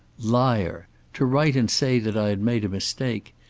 liar! to write and say that i had made a mistake!